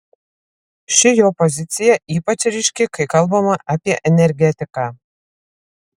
ši jo pozicija ypač ryški kai kalbama apie energetiką